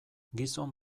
gizon